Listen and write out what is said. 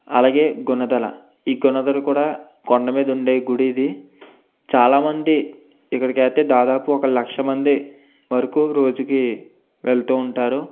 అలాగే గుణదల ఈ గుణదల కూడా కొండ మీద ఉండే గుడి ఇది చాలామంది ఇక్కడకైతే దాదాపు ఒక లక్ష మంది వరకు రోజుకి వెళుతు ఉంటారు